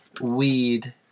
weed